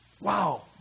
wow